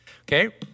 Okay